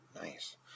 Nice